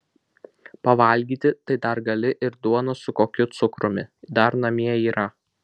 pavalgyti tai dar gali ir duonos su kokiu cukrumi dar namie yra